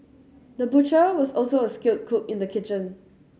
the butcher was also a skilled cook in the kitchen